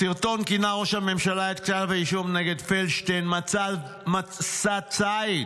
בסרטון כינה ראש הממשלה את כתב האישום נגד פלדשטיין "מסע ציד",